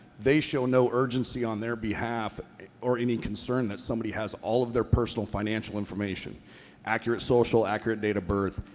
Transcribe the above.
they show no urgency on their behalf or any concern that somebody has all of their personal financial information accurate social, accurate date of birth,